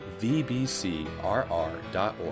vbcrr.org